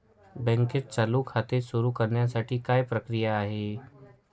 बँकेत चालू खाते सुरु करण्यासाठी काय प्रक्रिया आहे?